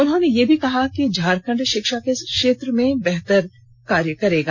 उन्होंने यह भी कहा कि झारखंड शिक्षा के क्षेत्र में बेहतर करेगा